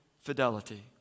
fidelity